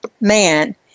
man